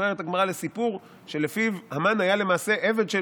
מרפררת הגמרא לסיפור שלפיו המן היה למעשה עבד של